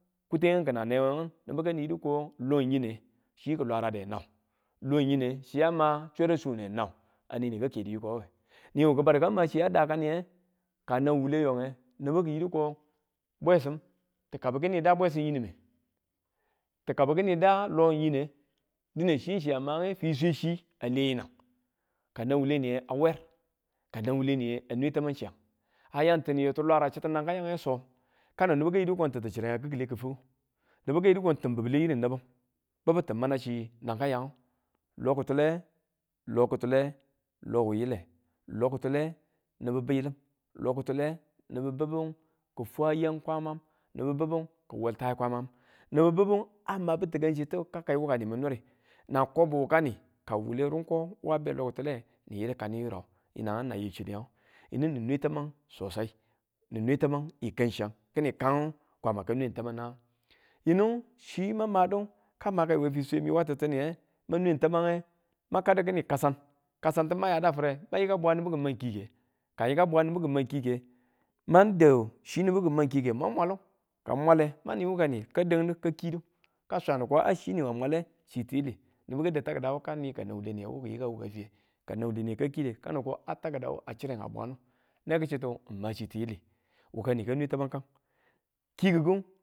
Kutengu n kin a neweng, nibu kai yidu ko lon yine, ci a lwarade nang long yine, chiya ma swa̱r a chune nau ane ni wu ka kedi yiko we niwu ki badu ka ma chiya dakaniye kan nan wuleyonge nibu kiyi ko bwesim, tikabi ki da bwesim yine ti kabi kinide long yine dine chi chiya mage fiswe chi a le yinang, kanang wule niye a weer ka nang wule niye a nwe tamang chiyang, ayanf tiniyi ti lwarang chitu ying nang kange soo kano nibu kayi di ko chin ti chire a kiwule ki̱fwu nibu kayidu ko tin bule yirin nibu bibu ti mana chi nangkayang lo ki̱tikule, lo ki̱tikule lo wuyile lo ki̱tikule nibu biyilim lo ki̱tikule nibu bubu kin fwayan Kwamam nibu bubu ki wultai kwamam, nibu bubu a mabi tikangchi ti kai wukani nin nure na kobu wukani ka wule rungko a be lo ki̱tikule ni yidu kani yirau yinang na yichidiyang yinu ni nwe taman sosai, ninwe tamn n kangchiyang kini kang kwama, ka nwe tamang nang yinu chima madu ka makai we fiswe mi wa tittiniye mang nwe tamange ma kaddi kini kasan kasan ma yada fure ma yika bwa nibu kimang kike mang dau chi nibu ki mang kike mang mwalu kang n mwale mani wukani yinu ka k kidu ka swanu ko chi ni wa mwale chitiyili nibu dau taki̱dawu ka ni ka nang wule niye wu kiyika wuka fiye kanag wuleniye ka kidu kano ko a takadawu a chire a bwanu neku chittu tn ma chiyili wukani, ka nwe tamangka kikuku